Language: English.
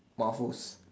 waffles